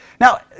Now